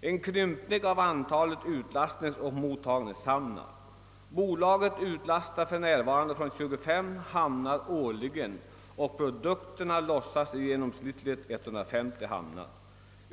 med en krympning av antalet utlastningsoch mottagningshamnar. Bolaget utlastar för närvarande årligen från 25 hamnar, och produkterna lossas i genomsnittligt 150 hamnar.